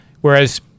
Whereas